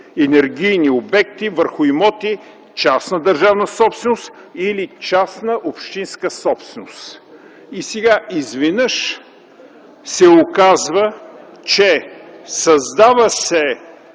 енергийни обекти върху имоти – частна държавна собственост или частна общинска собственост. Сега изведнъж се оказва, че се създава